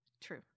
true